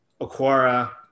Aquara